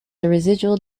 residual